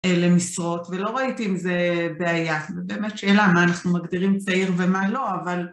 למשרות, ולא ראיתי עם זה בעיה. זה באמת שאלה, מה אנחנו מגדירים צעיר ומה לא, אבל...